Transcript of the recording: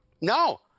No